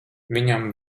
viņam